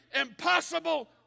impossible